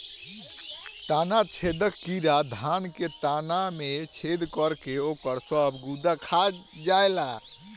तना छेदक कीड़ा धान के तना में छेद करके ओकर सब गुदा खा जाएला